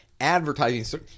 advertising